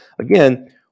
again